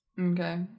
Okay